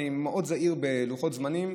אני מאוד זהיר בלוחות זמנים.